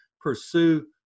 pursue